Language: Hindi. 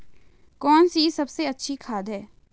कौन सी सबसे अच्छी खाद है?